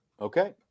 okay